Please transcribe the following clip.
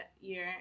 year